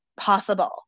possible